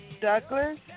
Douglas